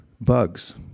bugs